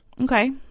Okay